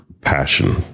passion